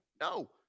No